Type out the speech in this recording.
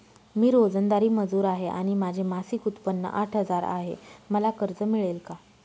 मी रोजंदारी मजूर आहे आणि माझे मासिक उत्त्पन्न आठ हजार आहे, मला कर्ज मिळेल का?